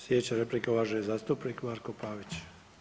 Sljedeća replika uvaženi zastupnik Marko Pavić.